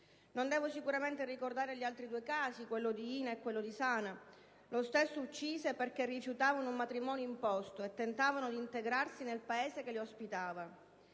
Non devo sicuramente ricordare gli altri due casi, quello di Hina e quello di Sanah, lo stesso uccise perché rifiutavano un matrimonio imposto e tentavano di integrarsi nel Paese che le ospitava: